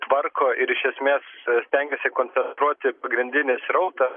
tvarko ir iš esmės stengiasi koncentruoti pagrindinį srautą